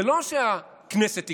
זה לא שהכנסת תקבע,